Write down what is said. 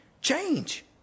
change